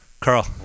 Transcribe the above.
Carl